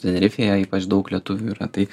tenerifėje ypač daug lietuvių yra tai